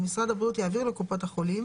ומשרד הבריאות יעביר לקופות החולים,